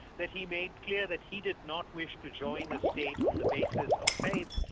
that he made clear that he did not wish to join a state on the basis of faith,